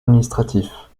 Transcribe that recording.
administratif